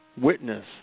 witness